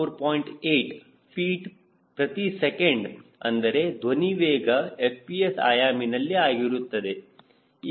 8 feet ಪ್ರತಿ second ಅಂದರೆ ಧ್ವನಿ ವೇಗ FPS ಆಯಾಮನಲ್ಲಿ ಆಗಿರುತ್ತದೆ